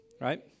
right